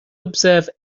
observe